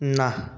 নাহ